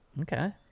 Okay